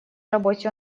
работе